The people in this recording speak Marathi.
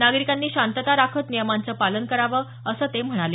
नागरिकांनी शांतता राखत नियमांचं पालन करावं असं ते म्हणाले